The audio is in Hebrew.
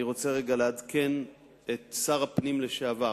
אני רוצה לעדכן את שר הפנים לשעבר.